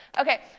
Okay